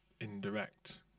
indirect